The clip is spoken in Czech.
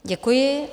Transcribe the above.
Děkuji.